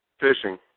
Fishing